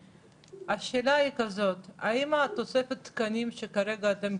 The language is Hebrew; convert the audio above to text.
השאלה היא כזאת, האם תוספת התקנים שכרגע אתם,